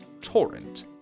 Torrent